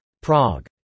Prague